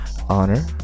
honor